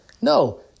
No